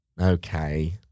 Okay